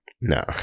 No